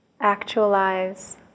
actualize